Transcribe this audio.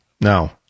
No